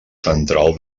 central